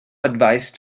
advised